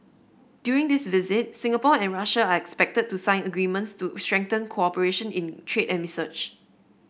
during this visit Singapore and Russia are expected to sign agreements to strengthen cooperation in trade and research